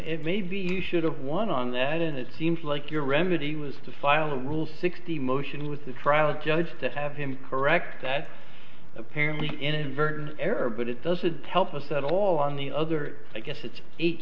it may be you should have one on that and it seems like your remedy was to file a rule sixty motion with the trial judge to have him correct that apparently inadvertent error but it doesn't tell post at all on the other i guess it's